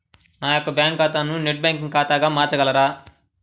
నా యొక్క బ్యాంకు ఖాతాని నెట్ బ్యాంకింగ్ ఖాతాగా మార్చగలరా?